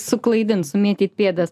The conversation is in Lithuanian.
suklaidint sumėtyt pėdas